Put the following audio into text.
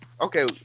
okay